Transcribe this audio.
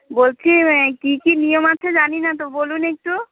বলছি কী কী নিয়ম আছে জানি না তো বলুন একটু